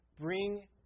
bring